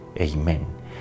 Amen